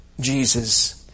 Jesus